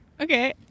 Okay